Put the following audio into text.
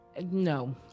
No